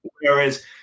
Whereas